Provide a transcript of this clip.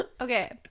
okay